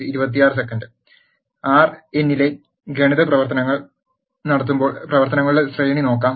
R എന്നിലെ ഗണിത പ്രവർത്തനങ്ങൾ നടത്തുമ്പോൾ പ്രവർത്തനങ്ങളുടെ ശ്രേണി നോക്കാം